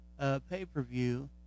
pay-per-view